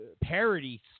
parody